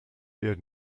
der